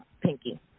pinky